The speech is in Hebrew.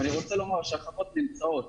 ואני רוצה לומר שהחוות נמצאות.